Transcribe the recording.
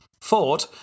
Ford